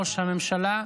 ראש הממשלה,